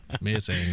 missing